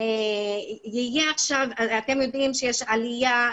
אי אפשר שמועצות כל כך חלשות יוציאו קודם את התקציב ואחר כך ישלמו להן,